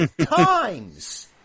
times